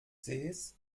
sees